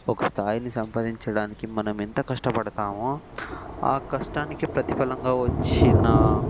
ఒక స్థాయిని సంపాదించడానికి మనం ఎంత కష్టపడతామో ఆ కష్టానికి ప్రతిఫలంగా వచ్చిన